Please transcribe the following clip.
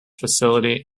facility